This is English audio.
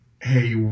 hey